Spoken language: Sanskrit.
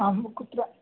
आं कुत्र